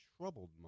troubled